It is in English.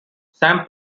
sam